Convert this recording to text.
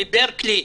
לברקלי?